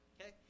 Okay